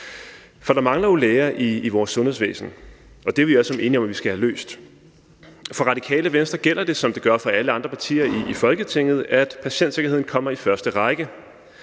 For der mangler jo læger i vores sundhedsvæsen, og det er vi alle sammen enige om at vi skal have gjort noget ved. For Radikale Venstre gælder det, som det gør for alle andre partier i Folketinget, at patientsikkerheden kommer i første række.